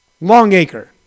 Longacre